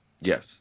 Yes